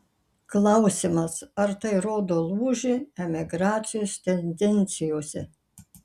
klausimas ar tai rodo lūžį emigracijos tendencijose